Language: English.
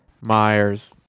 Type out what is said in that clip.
Myers